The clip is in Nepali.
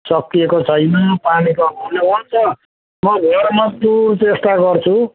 सकिएको छैन पानीको अभावले हुन्छ म फुल चेष्टा गर्छु